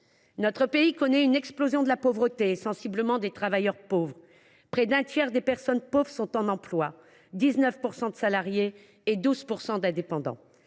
Notre pays connaît une explosion de la pauvreté, sensiblement des travailleurs pauvres. Près d’un tiers des personnes pauvres ont un emploi : 19 % de salariés et 12 % d’indépendants.